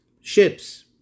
ships